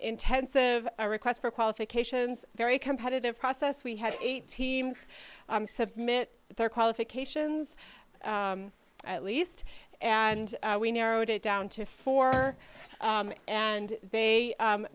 intensive request for qualifications very competitive process we had eight teams submit their qualifications at least and we narrowed it down to four and they